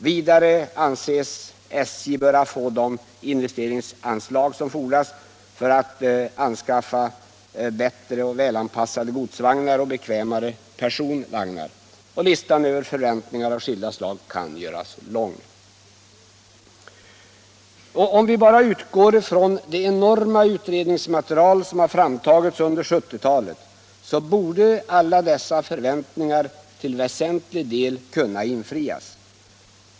Vidare anses SJ böra få de investeringsanslag som erfordras för att man skall kunna anskaffa bättre och välanpassade godsvagnar samt bekvämare personvagnar. Listan över förväntningar av skilda slag kan göras lång. Om vi bara utgår från det enorma utredningsmaterial som framtagits under 1970-talet borde alla dessa förväntningar till väsentlig del kunna infrias.